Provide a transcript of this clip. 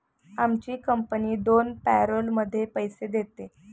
आमची कंपनी दोन पॅरोलमध्ये पैसे देते